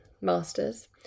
Masters